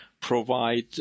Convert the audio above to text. provide